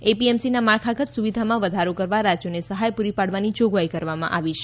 એપીએમસીના માળખાગત સુવિધામાં વધારો કરવા રાજ્યોને સહાય પૂરી પાડવાની જોગવાઇ કરવામાં આવી છે